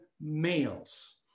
males